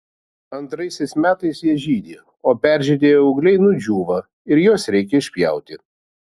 antraisiais metais jie žydi o peržydėję ūgliai nudžiūva ir juos reikia išpjauti